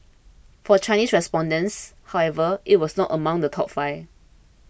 for Chinese respondents however it was not among the top five